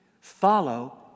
Follow